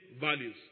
values